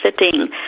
sitting